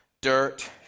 dirt